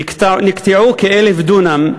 נקטעו כ-1,000 דונם,